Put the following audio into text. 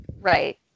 Right